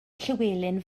llywelyn